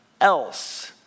else